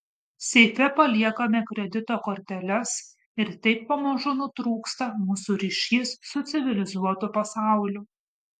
seife paliekame kredito korteles ir taip pamažu nutrūksta mūsų ryšys su civilizuotu pasauliu